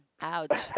Ouch